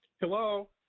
hello